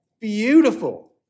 beautiful